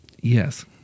Yes